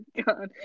god